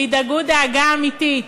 שידאגו דאגה אמיתית.